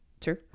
true